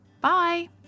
Bye